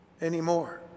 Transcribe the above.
anymore